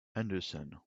henderson